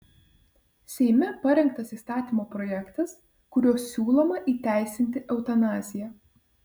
seime parengtas įstatymo projektas kuriuo siūloma įteisinti eutanaziją